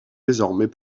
désormais